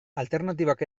alternatibak